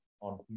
on